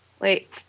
wait